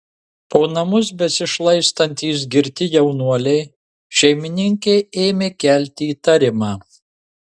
po namus besišlaistantys girti jaunuoliai šeimininkei ėmė kelti įtarimą